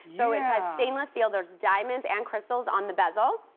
so it has stainless steel. there's diamonds and crystals on the bezel.